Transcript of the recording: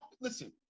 listen